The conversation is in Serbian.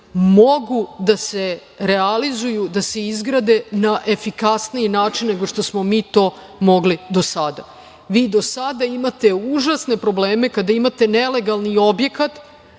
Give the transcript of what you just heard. mogu da se realizuju i da se izgrade na efikasniji način nego što smo mi to mogli do sada. Vi do sada imate užasne probleme kada imate nelegalni objekat